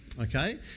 okay